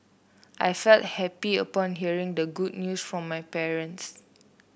I felt happy upon hearing the good news from my parents